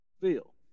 Feel